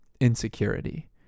insecurity